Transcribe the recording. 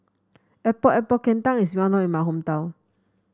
Epok Epok Kentang is well known in my hometown